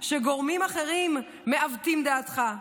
/ שגורמים אחרים מעוותים דעתך,